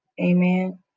Amen